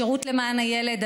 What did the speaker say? השירות למען הילד,